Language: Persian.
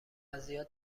زیاد